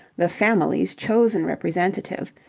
the family's chosen representative,